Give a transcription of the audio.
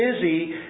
busy